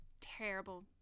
Terrible